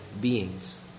beings